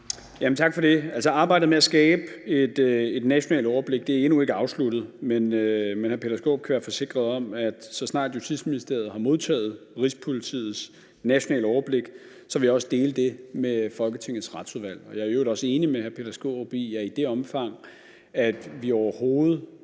Tak for det. Arbejdet med at skabe et nationalt overblik er endnu ikke afsluttet, men hr. Peter Skaarup kan være forsikret om, at så snart Justitsministeriet har modtaget Rigspolitiets nationale overblik, vil jeg også dele det med Folketingets Retsudvalg. Jeg er i øvrigt også enig med hr. Peter Skaarup i, at i det omfang vi overhovedet